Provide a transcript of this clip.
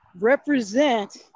represent